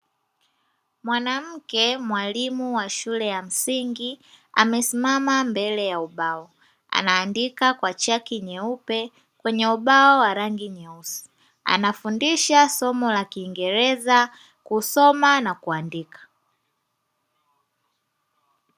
Mwanamke mwalimu wa shule ya msingi, amesimama mbele ya ubao anaandika kwa chaki nyeupe kwenye ubao wa rangi nyeusi anafundisha somo la kiingereza kusoma na kuandika.